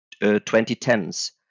2010s